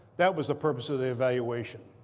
that was the purpose of the evaluation.